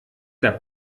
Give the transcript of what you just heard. der